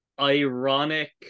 Ironic